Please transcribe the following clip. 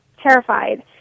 Terrified